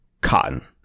cotton